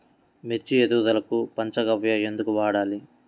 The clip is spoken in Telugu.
మిర్చి ఎదుగుదలకు పంచ గవ్య ఎందుకు వాడాలి?